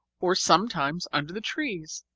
or sometimes under the trees,